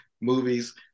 movies